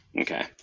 Okay